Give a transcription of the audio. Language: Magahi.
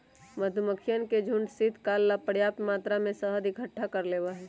मधुमक्खियन के झुंड शीतकाल ला पर्याप्त मात्रा में शहद इकट्ठा कर लेबा हई